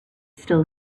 still